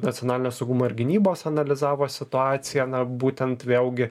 nacionalinio saugumo ir gynybos analizavo situaciją na būtent vėlgi